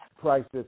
prices